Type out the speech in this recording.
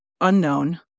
unknown